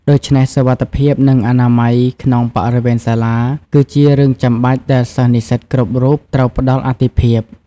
ដូច្នេះ សុវត្ថិភាព និងអនាម័យ ក្នុងបរិវេណសាលា គឺជារឿងចាំបាច់ដែលសិស្សនិស្សិតគ្រប់រូបត្រូវផ្ដល់អាទិភាព។